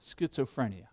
schizophrenia